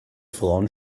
frauen